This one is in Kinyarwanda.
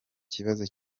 kibazo